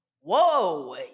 whoa